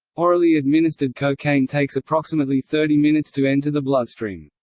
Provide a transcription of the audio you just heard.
orally administered cocaine takes approximately thirty minutes to enter the bloodstream.